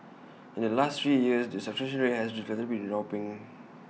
in the last three years the subscription rate has relatively been dropping